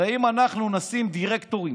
הרי אם אנחנו נשים דירקטורים,